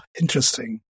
interesting